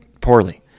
poorly